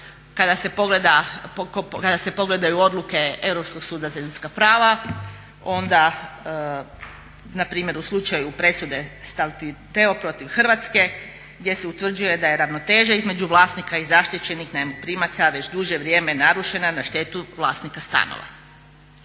Kada se pogledaju odluke Europskog suda za ljudska prava onda npr. u slučaju presude Statileo protiv Hrvatske gdje se utvrđuje da je ravnoteža između vlasnika i zaštićenih najmoprimaca već duže vrijeme narušena na štetu vlasnika stanova.